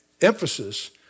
emphasis